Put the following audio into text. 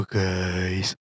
guys